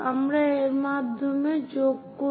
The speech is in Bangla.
আমরা এর মাধ্যমে যোগ করি